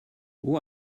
who